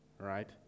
right